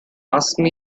asked